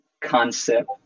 concept